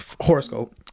horoscope